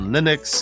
Linux